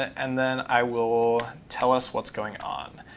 and then, i will tell us what's going on.